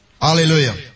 hallelujah